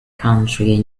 county